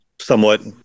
somewhat